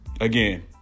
again